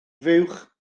fuwch